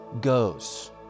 goes